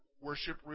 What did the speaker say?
worship